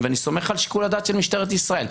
ואני סומך על שיקול הדעת של משטרת ישראל.